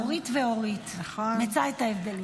אורית ואורית, מצא את ההבדלים.